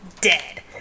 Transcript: dead